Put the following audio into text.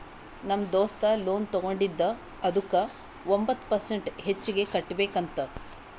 ನಮ್ ದೋಸ್ತ ಲೋನ್ ತಗೊಂಡಿದ ಅದುಕ್ಕ ಒಂಬತ್ ಪರ್ಸೆಂಟ್ ಹೆಚ್ಚಿಗ್ ಕಟ್ಬೇಕ್ ಅಂತ್